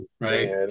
Right